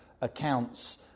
accounts